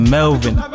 Melvin